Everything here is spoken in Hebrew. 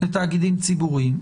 לתאגידים ציבוריים,